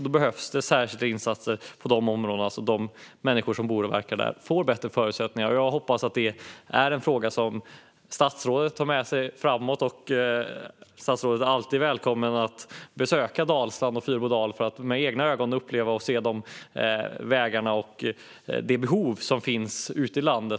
Då behövs särskilda insatser på de områdena så att de människor som bor och verkar där får bättre förutsättningar. Jag hoppas att det är en fråga som statsrådet tar med sig. Statsrådet är alltid välkommen att besöka Dalsland och Fyrbodal för att med egna ögon uppleva vägarna där och de behov som finns ute i landet.